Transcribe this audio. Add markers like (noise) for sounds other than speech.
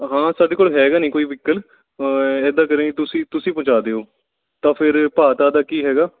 ਹਾਂ ਸਾਡੇ ਕੋਲ ਹੈਗਾ ਨਹੀਂ ਕੋਈ ਵੀਹਕਲ ਇੱਦਾਂ ਕਰਿਓ ਤੁਸੀਂ ਤੁਸੀਂ ਪਹੁੰਚਾ ਦਿਓ ਤਾਂ ਫਿਰ ਭਾਅ (unintelligible) ਕੀ ਹੈਗਾ